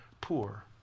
poor